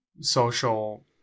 social